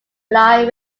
fly